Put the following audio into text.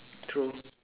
true